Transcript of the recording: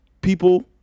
people